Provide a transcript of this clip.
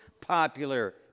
popular